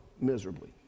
miserably